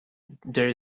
there